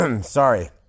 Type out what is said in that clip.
Sorry